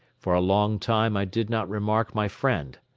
for a long time i did not remark my friend.